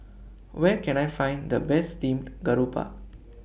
Where Can I Find The Best Steamed Garoupa